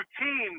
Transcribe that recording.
routine